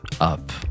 up